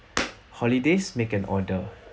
holidays make an order